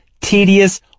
tedious